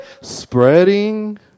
Spreading